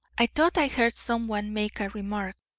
i thought i heard someone make a remark,